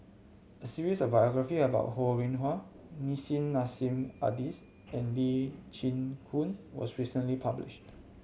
a series of biography about Ho Rih Hwa Nissim Nassim Adis and Lee Chin Koon was recently published